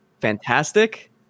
Fantastic